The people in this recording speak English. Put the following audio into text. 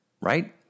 right